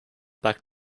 back